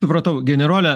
supratau generole